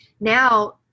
now